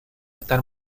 estar